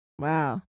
Wow